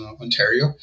Ontario